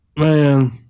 Man